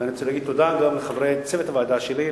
ואני רוצה להגיד תודה גם לחברי צוות הוועדה שלי,